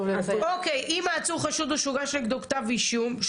אם נגד העצור הוגש כתב אישום.